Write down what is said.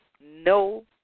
No